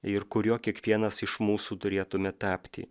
ir kuriuo kiekvienas iš mūsų turėtume tapti